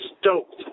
stoked